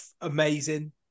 amazing